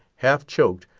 half-choked,